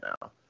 now